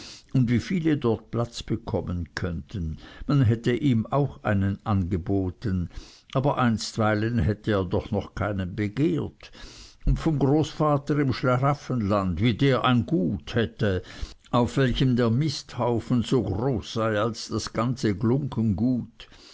und wie viele dort platz bekommen könnten man hätte ihm auch einen angeboten aber einstweilen hätte er doch noch keinen begehrt und vom großvater im schlaraffenland wie der ein gut hätte auf welchem der misthaufen so groß sei als das ganze glunggengut